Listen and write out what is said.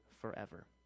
forever